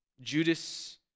Judas